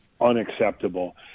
unacceptable